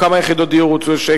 כמה יחידות דיור הוצאו?